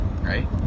right